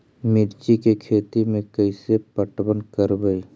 मिर्ची के खेति में कैसे पटवन करवय?